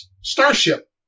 Starship